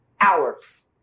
hours